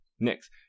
Next